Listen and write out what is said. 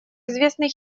известный